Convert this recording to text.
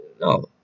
No